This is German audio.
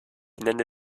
nenne